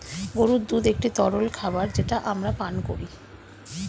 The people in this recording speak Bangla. গরুর দুধ একটি তরল খাবার যেটা আমরা পান করি